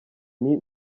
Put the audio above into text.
nti